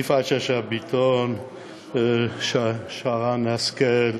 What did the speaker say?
יפעת שאשא ביטון, שרן השכל,